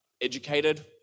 educated